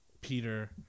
Peter